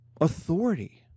authority